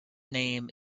name